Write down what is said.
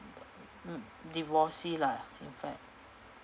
mm divorcee lah in fact